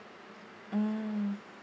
mm